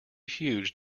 huge